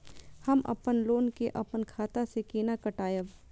हम अपन लोन के अपन खाता से केना कटायब?